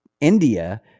India